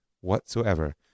whatsoever